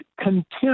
contempt